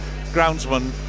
groundsman